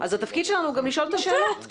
אז התפקיד שלנו גם לשאול את השאלות,